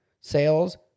sales